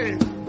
Hey